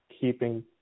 keeping